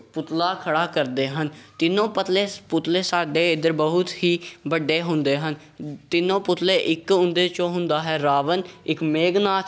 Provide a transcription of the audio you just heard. ਪੁਤਲਾ ਖੜ੍ਹਾ ਕਰਦੇ ਹਨ ਤਿੰਨੋਂ ਪਤਲੇ ਪੁਤਲੇ ਸਾਡੇ ਇੱਧਰ ਬਹੁਤ ਹੀ ਵੱਡੇ ਹੁੰਦੇ ਹਨ ਤਿੰਨੋਂ ਪੁਤਲੇ ਇੱਕ ਉਹਨ ਦੇ 'ਚੋਂ ਹੁੰਦਾ ਹੈ ਰਾਵਣ ਇੱਕ ਮੇਘਨਾਥ